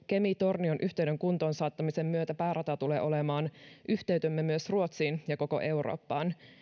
kemi tornio yhteyden kuntoon saattamisen myötä päärata tulee olemaan yhteytemme myös ruotsiin ja koko eurooppaan